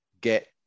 get